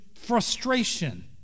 frustration